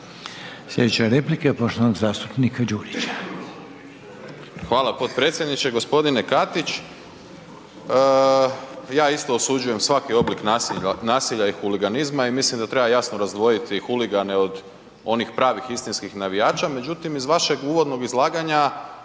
Sljedeća replika je poštovanog zastupnika Đujića.